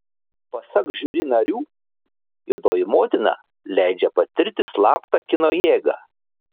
pasak žiuri narių juodoji motina leidžia patirti slaptą kino jėgą